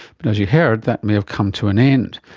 but, as you've heard, that may have come to an end.